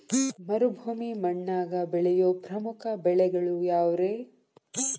ಮರುಭೂಮಿ ಮಣ್ಣಾಗ ಬೆಳೆಯೋ ಪ್ರಮುಖ ಬೆಳೆಗಳು ಯಾವ್ರೇ?